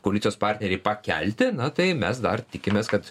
koalicijos partneriai pakelti na tai mes dar tikimės kad